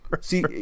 See